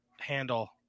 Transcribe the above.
handle